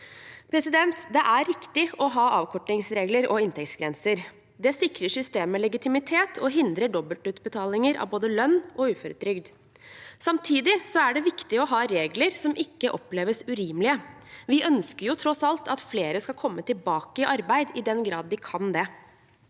Det er riktig å ha avkortingsregler og inntektsgrenser. Det sikrer systemet legitimitet og hindrer dobbeltutbetalinger av både lønn og uføretrygd. Samtidig er det viktig å ha regler som ikke oppleves urimelige. Vi ønsker tross alt at flere skal komme tilbake i arbeid i den grad de kan det.